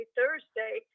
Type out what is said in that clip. Thursday